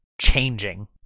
changing